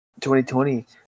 2020